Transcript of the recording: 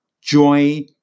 joy